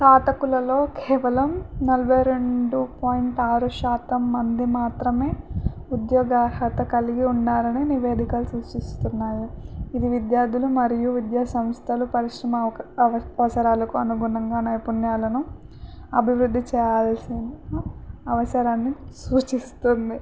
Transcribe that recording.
దరఖాస్తుదారులలో కేవలం నలభై రెండు పాయింట్ ఆరు శాతం మంది మాత్రమే ఉద్యోగార్హత కలిగి ఉన్నారు అని నివేదికాలు సూచిస్తున్నాయి ఇది విద్యార్థులు మరియు విద్యా సంస్థలు పరిశ్రమ అవ అవసరాలకు అనుగుణంగా నైపుణ్యాలను అభివృద్ధి చేయాల్సిన అవసరాన్ని సూచిస్తుంది